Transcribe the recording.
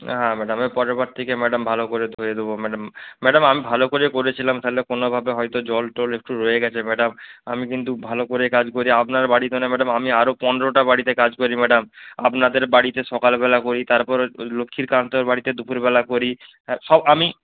হ্যাঁ ম্যাডাম এর পরের বার থেকে ম্যাডাম ভালো করে ধুয়ে দেব ম্যাডাম ম্যাডাম আমি ভালো করেই পরেছিলাম তাহলে কোনওভাবে হয়তো জলটল একটু রয়ে গেছে ম্যাডাম আমি কিন্তু ভালো করে কাজ করি আপনার বাড়িতে না ম্যাডাম আমি আরও পনেরোটা বাড়িতে কাজ করি ম্যাডাম আপনাদের বাড়িতে সকালবেলা করি তারপরে ওই ওই লক্ষ্মীরকান্তর বাড়িতে দুপুরবেলা করি হ্যাঁ সব আমি